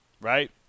right